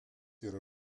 yra